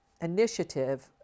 initiative